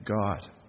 God